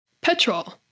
Petrol